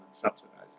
subsidizing